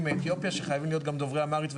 מאתיופיה שחייבים להיות גם דוברי אמהרית,